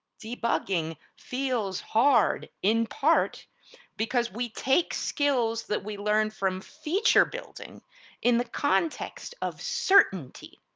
debugging feels hard in part because we take skills that we learned from feature building in the context of certainty,